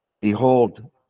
Behold